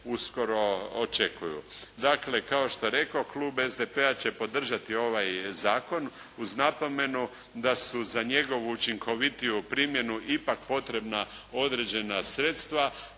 uskoro očekuju. Dakle, kao što rekoh klub SDP-a će podržati ovaj zakon uz napomenu da su za njegovu učinkovitiju primjenu ipak potrebna određena sredstva